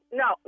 no